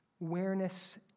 awareness